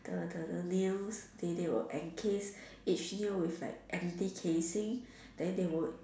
the the the nails the they will encase each nail with like empty casing then they will